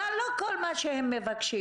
אבל לא כל מה שהם מבקשים.